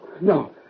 No